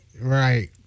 right